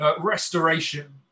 restoration